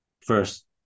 first